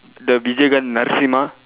the vijayakanth narasimha